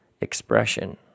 expression